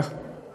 בבקשה, אדוני.